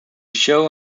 show